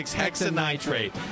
hexanitrate